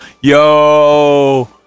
yo